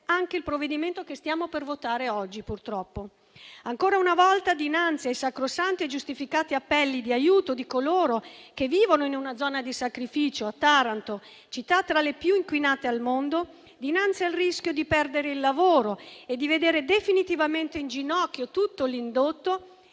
anche il provvedimento che stiamo per votare oggi. Ancora una volta, dinanzi ai sacrosanti e giustificati appelli di aiuto di coloro che vivono in una zona di sacrificio, a Taranto, città tra le più inquinate al mondo, dinanzi al rischio di perdere il lavoro e di vedere definitivamente in ginocchio tutto l'indotto,